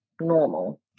Normal